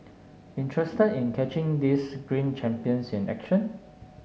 interested in catching these green champions in action